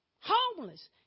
homeless